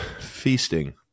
feasting